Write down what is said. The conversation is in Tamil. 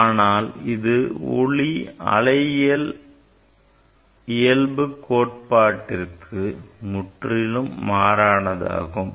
ஆனால் இது ஒளி அலையியல்பு கோட்பாட்டிற்கு முற்றிலும் மாறானதாகும்